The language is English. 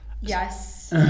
Yes